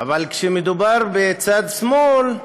אבל כשמדובר בצד שמאל,